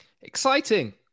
Exciting